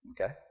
okay